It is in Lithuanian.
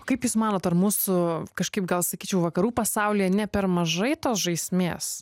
kaip jūs manot ar mūsų kažkaip gal sakyčiau vakarų pasaulyje ne per mažai tos žaismės